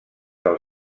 del